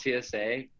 TSA